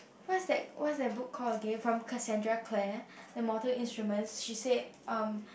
what's that what's that book called again from Cassandra Clare the mortal instruments she said um